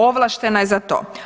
Ovlaštena je za to.